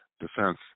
Defense